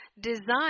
designed